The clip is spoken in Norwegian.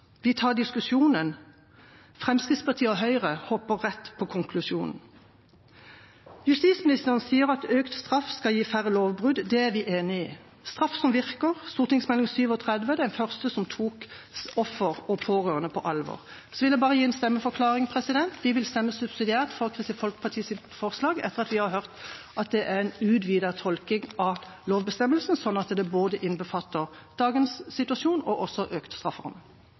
Vi tar diskusjonen. Fremskrittspartiet og Høyre hopper rett på konklusjonen. Justisministeren sier at økt straff skal gi færre lovbrudd. Det er vi enig i. Jeg viser til Straff som virker – mindre kriminalitet – tryggere samfunn, St. meld. nr. 37 for 2007–2008, den første som tok offer og pårørende på alvor. Så vil jeg gi en stemmeforklaring. Vi vil stemme subsidiært for Kristelig Folkepartis forslag etter at vi har hørt at det er en utvidet tolking av lovbestemmelsen, slik at det innbefatter både dagens situasjon og også økt strafferamme.